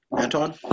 Anton